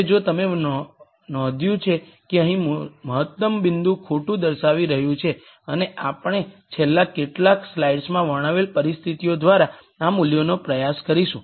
હવે જો તમે નોંધ્યું છે કે અહીં મહત્તમ બિંદુ ખોટું દર્શાવી રહ્યું છે અને આપણે છેલ્લા કેટલાક સ્લાઇડ્સમાં વર્ણવેલ પરિસ્થિતિઓ દ્વારા આ મૂલ્યનો પ્રયાસ કરીશું